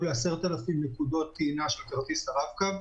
ל-10,000 נקודות טעינה של כרטיס הרב-קו,